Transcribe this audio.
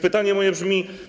Pytanie moje brzmi.